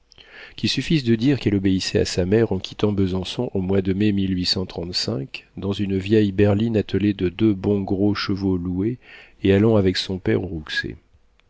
qu'il suffise de dire qu'elle obéissait à sa mère en quittant besançon au mois de mai dans une vieille berline attelée de deux bons gros chevaux loués et allant avec son père